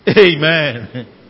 Amen